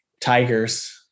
tigers